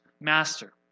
master